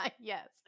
yes